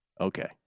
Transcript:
Okay